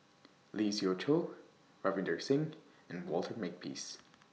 Lee Siew Choh Ravinder Singh and Walter Makepeace